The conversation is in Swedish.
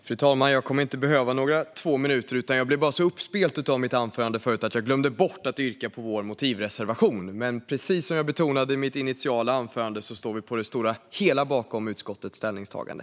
Kommissionens vitbok om utländska subven-tioner på den inre marknaden Fru talman! Jag kommer inte att behöva de två minuter jag har på mig. Jag blev bara så uppspelt av mitt tidigare anförande att jag glömde bort att yrka bifall till vår motivreservation. Precis som jag betonade i mitt initiala anförande står vi dock på det stora hela bakom utskottets ställningstagande.